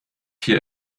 hier